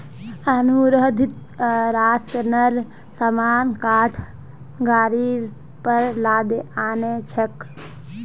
अनिरुद्ध राशनेर सामान काठ गाड़ीर पर लादे आ न छेक